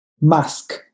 Mask